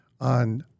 on